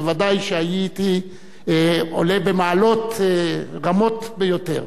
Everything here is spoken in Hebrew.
בוודאי שהייתי עולה במעלות רמות ביותר.